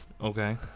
Okay